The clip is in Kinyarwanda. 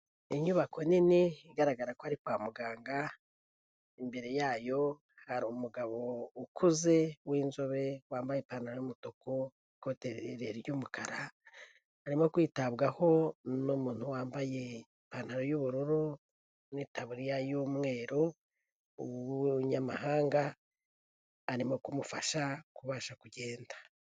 Inyubako nini igaragara ko ari kwa muganga imbere yayo hari umugabo ukuze w'inzobe wambaye ipantaro n'umutuku n'ikote ry'umukara, arimo kwitabwaho n'umuntu wambaye ipantaro y'ubururu, n'itaburiya y'umweru umunyamahanga arimo kumufasha kubasha kugenda.